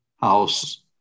house